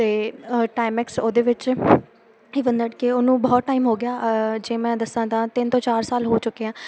ਅਤੇ ਟਾਈਮੈਕਸ ਉਹਦੇ ਵਿੱਚ ਇਹ ਕੀ ਉਹਨੂੰ ਬਹੁਤ ਟਾਈਮ ਹੋ ਗਿਆ ਜੇ ਮੈਂ ਦੱਸਾਂ ਦਾ ਤਿੰਨ ਤੋਂ ਚਾਰ ਸਾਲ ਹੋ ਚੁੱਕੇ ਆ